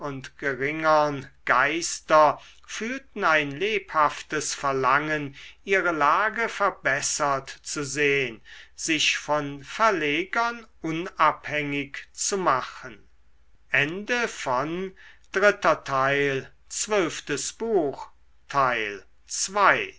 geringern geister fühlten ein lebhaftes verlangen ihre lage verbessert zu sehn sich von verlegern unabhängig zu machen